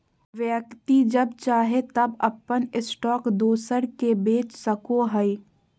व्यक्ति जब चाहे तब अपन स्टॉक दोसर के बेच सको हइ